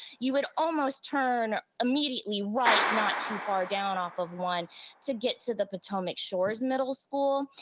you would almost turn immediately right not too far down off of one to get to the potomac shores middle school.